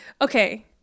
Okay